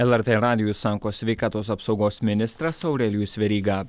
lrt radijui sako sveikatos apsaugos ministras aurelijus veryga